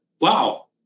wow